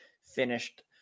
finished